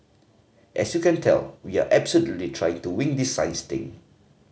as you can tell we are absolutely trying to wing this science thing